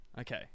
Okay